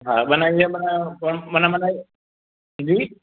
हा माना इअं माना माना माना जी